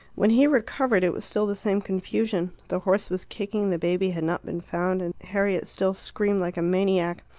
when he recovered it was still the same confusion. the horse was kicking, the baby had not been found, and harriet still screamed like a maniac,